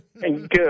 Good